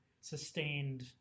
sustained